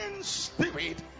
spirit